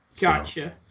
Gotcha